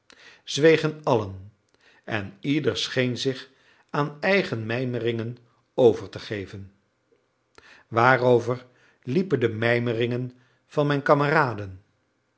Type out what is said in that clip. zwegen allen en ieder scheen zich aan eigen mijmeringen over te geven waarover liepen de mijmeringen van mijn kameraden